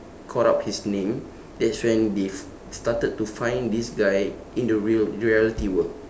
caught up his name that's when they f~ started to find this guy in the real reality world